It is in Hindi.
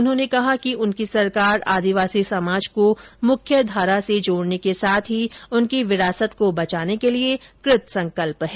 उन्होंने कहा कि उनकी सरकार आदिवासी समाज को मुख्यधारा से जोडने के साथ ही उनकी विरासत को बचाने के लिये कृतसंकल्प है